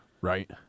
Right